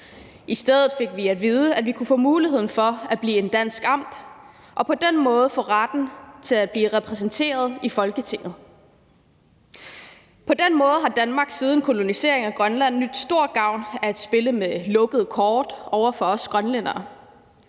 I stedet fik vi at vide, at vi kunne få muligheden for at blive et dansk amt og på den måde få retten til at blive repræsenteret i Folketinget. På den måde har Danmark siden koloniseringen af Grønland nydt stor gavn af at spille med lukkede kort over for os grønlændere.